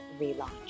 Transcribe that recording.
Relaunch